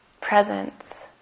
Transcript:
presence